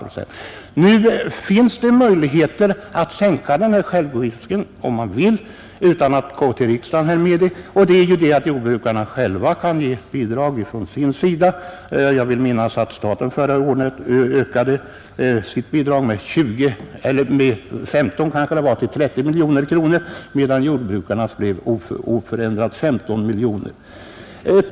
Det finns dock möjligheter att sänka den risken utan att gå till riksdagen med frågan, nämligen genom att jordbrukarna själva ger bidrag. Jag vill minnas att staten förra året ökade sitt bidrag från 15 till 30 miljoner kronor, medan jordbrukarnas andel blev oförändrad, dvs. 15 miljoner.